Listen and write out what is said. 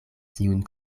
tiun